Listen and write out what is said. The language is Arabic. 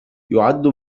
يعد